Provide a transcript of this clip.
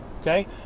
okay